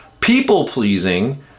people-pleasing